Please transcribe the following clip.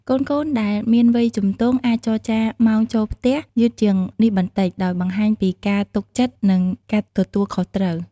កូនៗដែលមានវ័យជំទង់អាចចរចាម៉ោងចូលផ្ទះយឺតជាងនេះបន្តិច ដោយបង្ហាញពីការទុកចិត្ត និងការទទួលខុសត្រូវ។